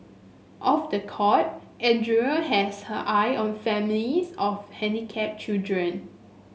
off the court Andrea has her eye on families of handicapped children